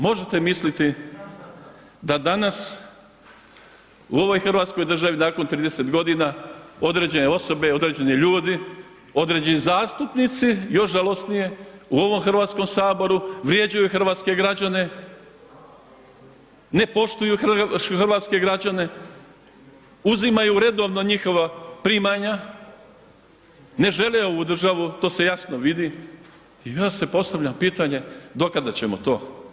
Možete misliti da danas u ovoj hrvatskoj državi nakon 30 g. određene osobe, određeni ljudi, određeni zastupnici, još žalosnije, u ovom Hrvatskom saboru, vrijeđaju hrvatske građane, ne poštuju hrvatske građane uzimaju redovno njihova primanja, ne žele ovu državu, to se jasno vidi i onda se postavlja pitanje do kada ćemo to.